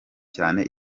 cyane